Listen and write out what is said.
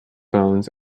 bones